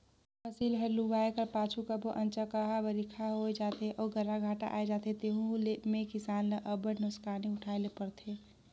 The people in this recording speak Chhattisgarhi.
फसिल हर लुवाए कर पाछू कभों अनचकहा बरिखा होए जाथे अउ गर्रा घांटा आए जाथे तेहू में किसान ल अब्बड़ नोसकानी उठाए ले परथे